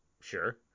sure